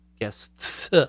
Guests